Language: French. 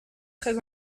très